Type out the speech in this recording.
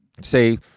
say